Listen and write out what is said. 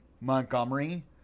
Montgomery